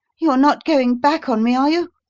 you're not going back on me, are you?